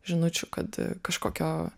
žinučių kad kažkokio